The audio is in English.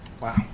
Wow